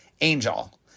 angel